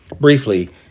Briefly